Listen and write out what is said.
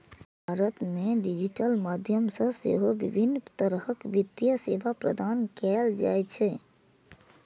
भारत मे डिजिटल माध्यम सं सेहो विभिन्न तरहक वित्तीय सेवा प्रदान कैल जाइ छै